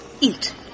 eat